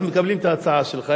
אנחנו מקבלים את ההצעה שלך,